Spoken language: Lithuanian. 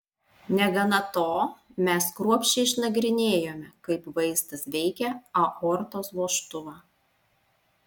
negana to mes kruopščiai išnagrinėjome kaip vaistas veikia aortos vožtuvą